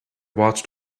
watched